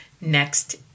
next